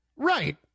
Right